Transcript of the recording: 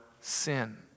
sin